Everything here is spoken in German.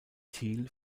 thiel